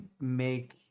make